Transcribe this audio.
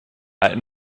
alten